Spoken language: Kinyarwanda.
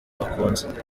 akunze